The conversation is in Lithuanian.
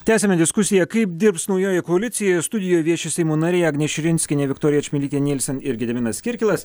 tęsiame diskusiją kaip dirbs naujoji koalicija ir studijoj vieši seimo nariai agnė širinskienė viktorija čmilytė nylsen ir gediminas kirkilas